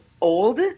old